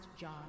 John